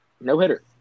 no-hitter